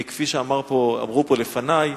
כי כפי שאמרו פה לפני,